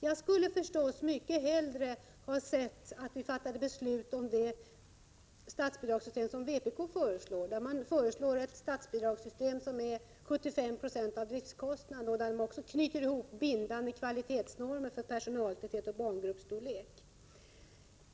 Jag skulle förstås mycket hellre ha sett att regeringen införde det statsbidragssystem som vpk föreslår, ett statsbidragssystem där man täcker 75 20 av driftskostnaden och knyter ihop bindande kvalitetsnormer för personaltäthet med barngruppsstorlek.